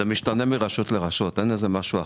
זה משתנה מרשות לרשות; אין משהו אחיד.